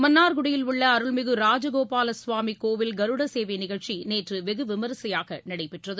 மன்னார்குடியில் உள்ள அருள்மிகு ராஜகோபால சுவாமி கோவில் கருடசேவை நிகழ்ச்சி நேற்று வெகு விமரிசையாக நடைபெற்றது